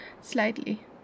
Slightly